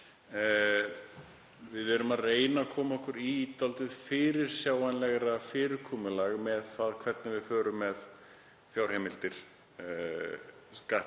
við erum að reyna að koma okkur í dálítið fyrirsjáanlegra fyrirkomulag með það hvernig við förum með fjárheimildir